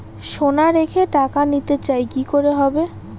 সোনা রেখে টাকা নিতে চাই কি করতে হবে?